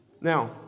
Now